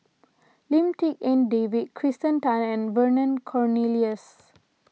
Lim Tik En David Kirsten Tan and Vernon Cornelius